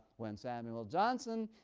when samuel johnson,